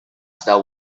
that